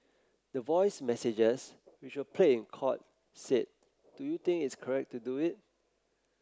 the voice messages which were played in court said do you think its correct to do it